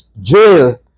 jail